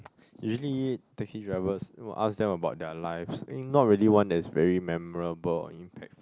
usually taxi drivers will ask them about their lives think not really one that's very memorable or impactful